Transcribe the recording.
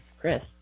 Chris